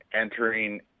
entering